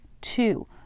Two